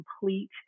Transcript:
complete